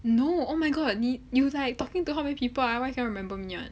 no oh my god 你 you like talking to how many people ah why cannot remember me [one]